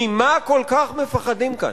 ממה כל כך מפחדים כאן?